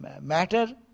matter